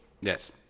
Yes